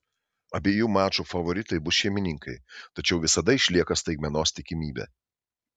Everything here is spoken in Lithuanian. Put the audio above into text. abiejų mačų favoritai bus šeimininkai tačiau visada išlieka staigmenos tikimybė